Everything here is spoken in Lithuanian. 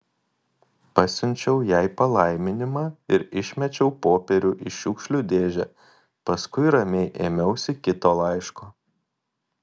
pasiunčiau jai palaiminimą ir išmečiau popierių į šiukšlių dėžę paskui ramiai ėmiausi kito laiško